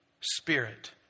Spirit